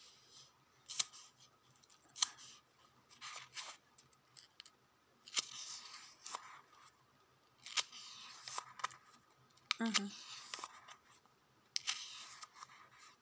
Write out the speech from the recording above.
mmhmm